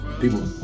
people